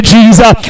Jesus